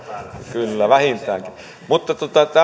kyllä vähintäänkin mutta tähän